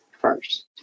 first